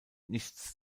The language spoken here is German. nichts